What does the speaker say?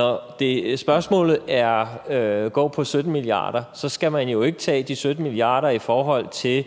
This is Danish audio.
hvad angår spørgsmålet om 17 mia. kr., skal man jo ikke tage de 17 mia. kr. i forhold til